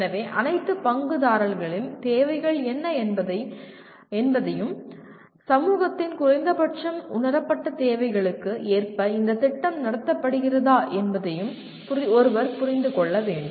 எனவே அனைத்து பங்குதாரர்களின் தேவைகள் என்ன என்பதையும் சமூகத்தின் குறைந்தபட்சம் உணரப்பட்ட தேவைகளுக்கு ஏற்ப இந்த திட்டம் நடத்தப்படுகிறதா என்பதையும் ஒருவர் புரிந்து கொள்ள வேண்டும்